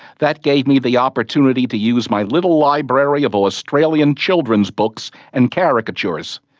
that gave me the opportunity to use my little library of australian children's books and caricatures.